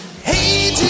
Hey